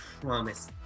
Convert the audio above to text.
promise